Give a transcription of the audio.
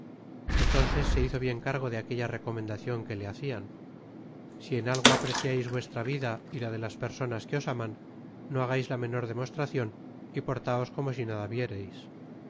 entonces se bizo bien cargo de aquella recomendacion que le bacian a si en algo apreciais vuestra vida y la de las perdonas que os aman no hagais la menor demostracion y portaos como si nada